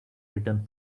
written